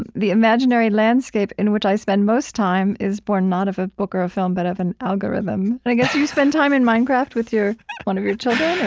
and the imaginary landscape in which i spend most time is born not of a book or a film but of an algorithm. and i guess you spend time in minecraft with one of your children,